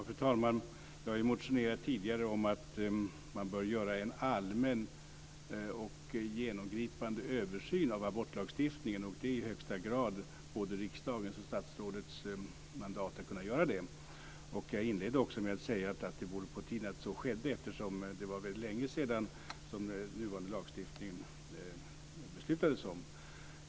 Fru talman! Jag har ju motionerat tidigare om att man bör göra en allmän och genomgripande översyn av abortlagstiftningen. Det är i högsta grad både riksdagens och statsrådets mandat att kunna göra det. Jag inledde också med att säga att det vore på tiden att så skedde eftersom det var väldigt länge sedan det fattades beslut om den nuvarande lagstiftningen.